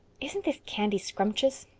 isn't this candy scrumptious?